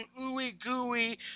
ooey-gooey